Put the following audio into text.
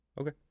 Okay